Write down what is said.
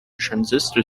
transistor